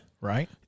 Right